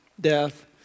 death